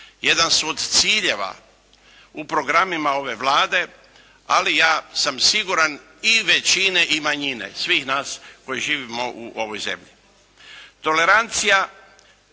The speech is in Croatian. jedan su od ciljeva u programima ove Vlade, ali ja sam siguran i većine i manjine. Svih nas koji živimo u ovoj zemlji. Tolerancija